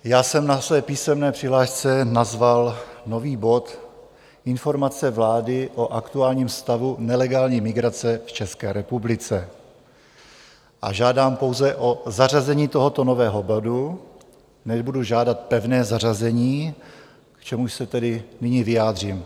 Já jsem na své písemné přihlášce nazval nový bod Informace vlády o aktuálním stavu nelegální migrace v České republice a žádám pouze o zařazení tohoto nového bodu, nebudu žádat pevné zařazení, k čemuž se tedy nyní vyjádřím.